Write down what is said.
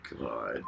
God